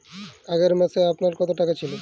আগের মাসে আমার কত টাকা ছিল?